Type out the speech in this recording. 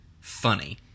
Funny